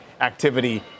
activity